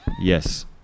Yes